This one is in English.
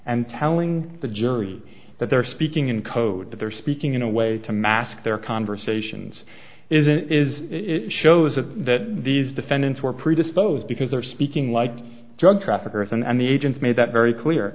and telling the jury that they are speaking in code that they're speaking in a way to mask their conversations isn't it is it shows that these defendants were predisposed because they are speaking like drug traffickers and the agents made that very clear